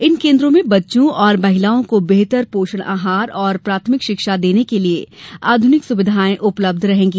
इन केन्द्रों में बच्चों और महिलाओं को बेहतर पोषण आहार और प्राथमिक शिक्षा देने के लिये आधूनिक सुविधाएं उपलब्ध रहेंगी